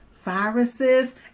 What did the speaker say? viruses